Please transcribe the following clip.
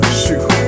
shoot